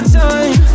time